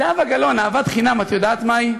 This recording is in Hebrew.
זהבה גלאון, אהבת חינם, את יודעת מהי?